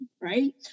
right